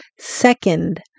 second